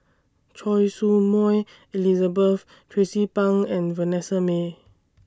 Choy Su Moi Elizabeth Tracie Pang and Vanessa Mae